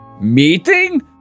Meeting